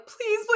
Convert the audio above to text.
please